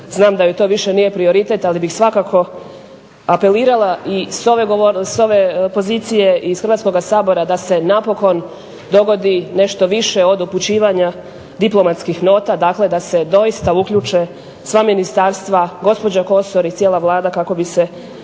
znam da joj to više nije prioritet, ali bih svakako apelirala i sa ove pozicije i iz Hrvatskog sabora da se napokon dogodi nešto više od upućivanja diplomatskih nota. Dakle, da se doista uključe sva ministarstva, gospođa Kosor i cijela Vlada kako bi se